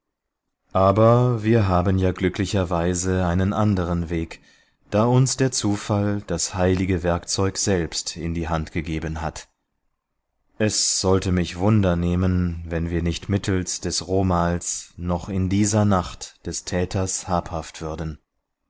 aber wir haben ja glücklicherweise einen anderen weg da uns der zufall das heilige werkzeug selbst in die hand gegeben hat es sollte mich wundernehmen wenn wir nicht mittels des romals noch in dieser nacht des täters habhaft würden